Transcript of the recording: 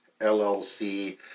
LLC